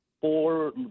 four